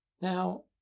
Now